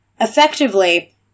effectively